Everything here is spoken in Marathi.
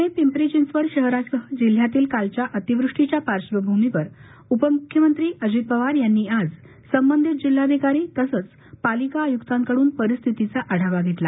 पुणे पिंपरी चिंचवड शहरासह जिल्ह्यातील कालच्या अतिवृष्टीच्या पार्श्वभूमीवर उपमुख्यमंत्री अजित पवार यांनी आज संबंधित जिल्हाधिकारी तसंच पालिका आयुकांकडून परिस्थितीचा आढावा घेतला